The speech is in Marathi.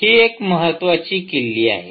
हे एक महत्त्वाची किल्ली आहे